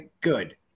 Good